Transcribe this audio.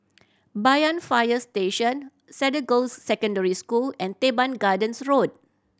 Banyan Fire Station Cedar Girls' Secondary School and Teban Gardens Road